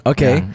Okay